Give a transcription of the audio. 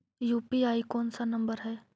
UPI कोन सा नम्बर हैं?